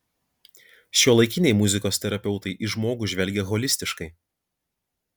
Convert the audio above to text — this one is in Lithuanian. šiuolaikiniai muzikos terapeutai į žmogų žvelgia holistiškai